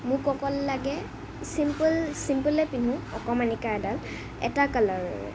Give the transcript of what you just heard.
মোক অকল লাগে চিম্পল চিম্পলে পিন্ধো অকণমানিকে এডাল এটা কালাৰৰে